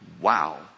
Wow